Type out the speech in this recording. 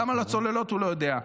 גם על הצוללות הוא לא יודע.